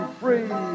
free